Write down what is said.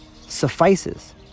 suffices